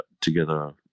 together